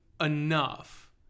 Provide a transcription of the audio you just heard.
enough